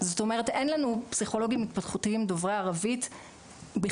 זאת אומרת אין לנו פסיכולוגים התפתחותיים דוברי ערבית בכלל,